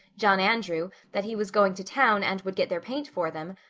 john andrew, that he was going to town and would get their paint for them,